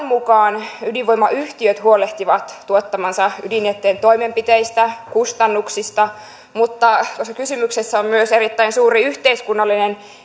mukaan ydinvoimayhtiöt huolehtivat tuottamansa ydinjätteen toimenpiteistä kustannuksista mutta koska kysymyksessä on myös erittäin suuri yhteiskunnallinen